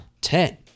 ten